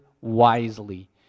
wisely